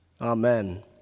Amen